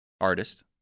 artist